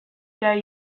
dare